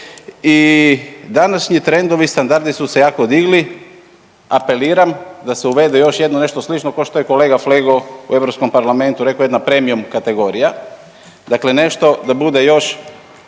I današnji trendovi, standardi su se jako digli. Apeliram da se uvede još jedno nešto slično kao što je kolega Flego u Europskom parlamentu rekao jedna premium kategorija. Dakle, nešto da bude još